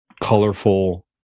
Colorful